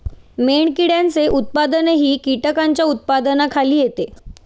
मेणकिड्यांचे उत्पादनही कीटकांच्या उत्पादनाखाली येते